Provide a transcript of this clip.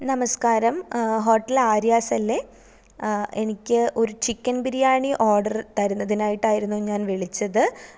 നമസ്ക്കാരം ഹോട്ടൽ ആര്യാസല്ലെ എനിക്ക് ഒരു ചിക്കന് ബിരിയാണി ഓർഡർ തരുന്നതിനായിട്ടായിരുന്നു ഞാന് വിളിച്ചത്